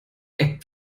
app